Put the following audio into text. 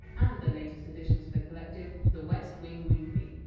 and the latest edition to the collective, the west wing weekly,